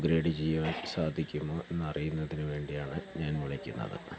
upgrade ചെയ്യുവാൻ സാധിക്കുമോ എന്ന് അറിയുന്നതിന് വേണ്ടിയാണ് ഞാൻ വിളിക്കുന്നത്